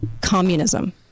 communism